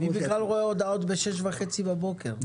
היא בכלל לא רואה הודעות בשעה שש וחצי בבוקר.